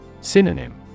Synonym